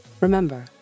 Remember